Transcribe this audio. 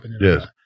yes